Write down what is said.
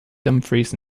dumfries